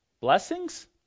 blessings